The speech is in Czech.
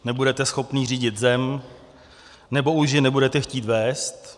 Nebudete schopný řídit zem, nebo už ji nebudete chtít vést.